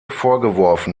vorgeworfen